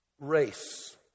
race